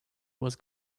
was